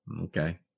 okay